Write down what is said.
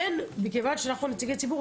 מכיוון שאנחנו נציגי ציבור,